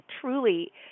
truly